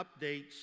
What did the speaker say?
updates